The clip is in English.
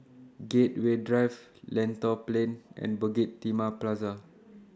Gateway Drive Lentor Plain and Bukit Timah Plaza